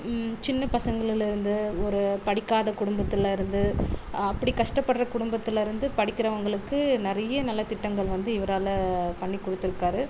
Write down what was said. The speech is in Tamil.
சின்ன பசங்களிலுருந்து ஒரு படிக்காத குடும்பத்துலேருந்து அப்படி கஷ்டப்படுற குடும்பத்துலேருந்து படிக்கிறவங்களுக்கு நிறைய நலத்திட்டங்கள் வந்து இவரால் பண்ணி கொடுத்துருக்காரு